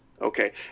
Okay